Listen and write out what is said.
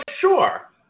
sure